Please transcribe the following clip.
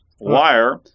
wire